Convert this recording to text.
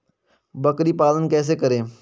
बकरी पालन कैसे करें?